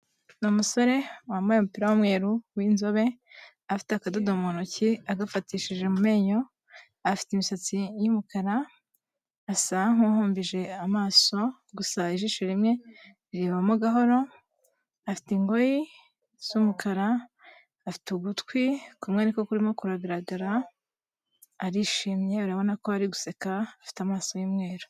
Ni umusore wambaye umupira w'umweru w'inzobe, afite akadodo mu ntoki, agafatishije mu menyo, afite imisatsi y'umukara, asa nk'uhumbije amaso, gusa ijisho rimwe rirebamo gahoro, afite ingoyi z'umukara, afite ugutwi kumwe niko kurimo kuragaragara, arishimye, urabona ko ari guseka, afite amaso y'umweru.